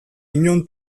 inon